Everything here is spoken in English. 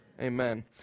Amen